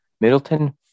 Middleton